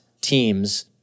teams